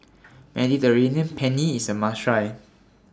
Mediterranean Penne IS A must Try